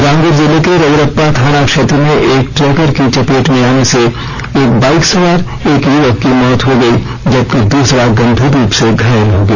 रामगढ़ जिले के रजरप्पा थाना क्षेत्र में एक ट्रेकर की चपेट में आने से बाइक सवार एक युवक की मौत हो गई जबकि दूसरा गंभीर रूप से घायल हो गया